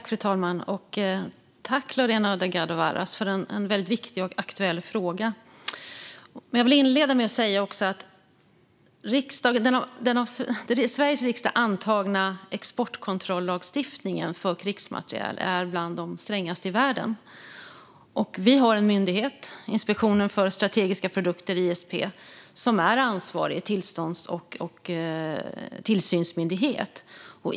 Fru talman! Tack, Lorena Delgado Varas, för en väldigt viktig och aktuell fråga! Jag vill inleda med att säga att den av Sveriges riksdag antagna exportkontrollagstiftningen för krigsmateriel är bland de strängaste i världen. Vi har en myndighet, Inspektionen för strategiska produkter, ISP, som är ansvarig tillstånds och tillsynsmyndighet.